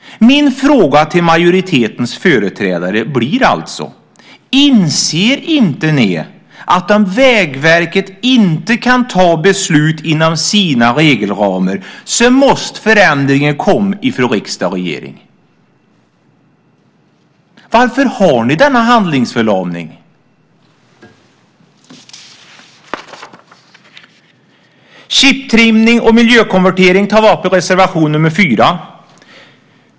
Min fråga till majoritetens företrädare blir alltså: Inser inte ni att om Vägverket inte kan ta beslut inom sina regelramar måste förändringen komma från riksdag och regering - varför denna handlingsförlamning? Chiptrimning och miljökonvertering tar vi upp i reservation nr 4.